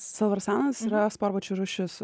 salvarsanas yra sparnuočių rūšis